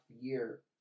year